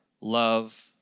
love